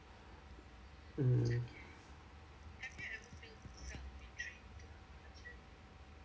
mm